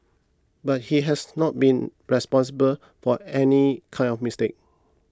but he has not been responsible for any kind of mistake